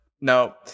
no